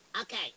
Okay